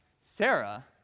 sarah